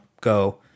go